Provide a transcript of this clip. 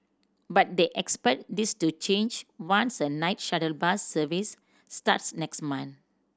but they expect this to change once a night shuttle bus service starts next month